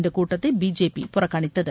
இந்தக் கூட்டத்தை பிஜேபி புறக்கணித்தது